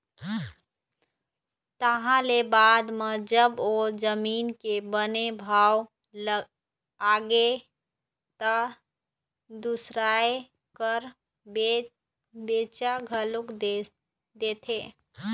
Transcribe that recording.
तहाँ ले बाद म जब ओ जमीन के बने भाव आगे त दुसरइया करा बेच घलोक देथे